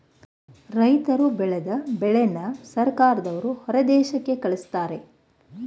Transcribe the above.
ರೈತರ್ರು ಬೆಳದ ಬೆಳೆನ ಸರ್ಕಾರದವ್ರು ಹೊರದೇಶಕ್ಕೆ ಕಳಿಸ್ತಾರೆ